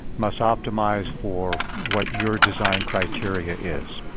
must optimize for what your design criteria is.